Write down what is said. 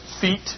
feet